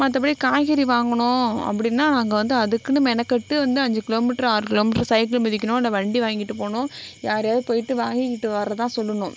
மற்றபடி காய்கறி வாங்கணும் அப்படின்னா நாங்கள் வந்து அதுக்குன்னு மெனக்கெட்டு வந்து அஞ்சு கிலோமீட்ரு ஆறு கிலோமீட்ரு சைக்கிள் மிதிக்கணும் இல்லை வண்டி வாங்கிகிட்டு போகணும் யாரையாவது போய்ட்டு வாங்கிக்கிட்டு வர்றதான் சொல்லணும்